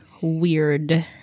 weird